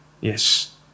Yes